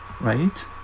right